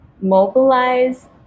mobilize